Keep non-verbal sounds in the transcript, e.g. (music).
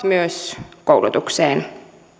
(unintelligible) myös koulutukseen